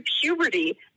puberty